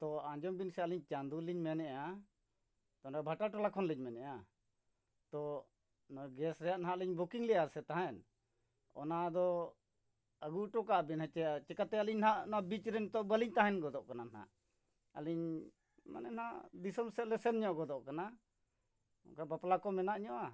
ᱛᱚ ᱟᱸᱡᱚᱢ ᱵᱤᱱᱥᱮ ᱟᱞᱤᱧ ᱪᱟᱸᱫᱩ ᱞᱤᱧ ᱢᱮᱱᱮᱫᱼᱟ ᱛᱚ ᱱᱚᱰᱮ ᱵᱷᱟᱴᱟ ᱴᱚᱞᱟ ᱠᱷᱚᱱᱞᱤᱧ ᱢᱮᱱᱮᱫᱼᱟ ᱛᱚ ᱱᱚᱜ ᱚᱭ ᱜᱮᱥ ᱨᱮᱱᱟᱜ ᱦᱟᱸᱜ ᱞᱤᱧ ᱵᱩᱠᱤᱝ ᱞᱮᱫᱟ ᱥᱮ ᱛᱟᱦᱮᱱ ᱚᱱᱟ ᱫᱚ ᱟᱹᱜᱩ ᱦᱚᱴᱚ ᱠᱟᱜ ᱵᱤᱱ ᱦᱮᱸᱥᱮ ᱪᱤᱠᱟᱹᱛᱮ ᱟᱹᱞᱤᱧ ᱱᱟᱜ ᱚᱱᱟ ᱵᱤᱪ ᱨᱮ ᱛᱚ ᱵᱟᱞᱤᱧ ᱛᱟᱦᱮᱱ ᱜᱚᱫᱚᱜ ᱠᱟᱱᱟ ᱱᱟᱜ ᱟᱹᱞᱤᱧ ᱢᱟᱱᱮ ᱱᱟᱜ ᱫᱤᱥᱚᱢ ᱥᱮᱫ ᱞᱮ ᱥᱮᱱ ᱧᱚᱜ ᱜᱚᱫᱚᱜ ᱠᱟᱱᱟ ᱚᱱᱠᱟ ᱵᱟᱯᱞᱟ ᱠᱚ ᱢᱮᱱᱟᱜ ᱧᱚᱜᱼᱟ